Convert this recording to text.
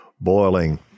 boiling